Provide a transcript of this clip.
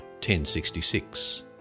1066